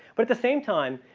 but at the same time,